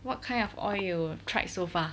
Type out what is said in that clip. what kind of oil you tried so far